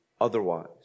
otherwise